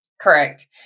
Correct